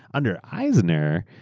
under eisner,